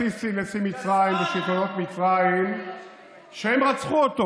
הוא האשים את נשיא מצרים ושלטונות מצרים שהם רצחו אותו.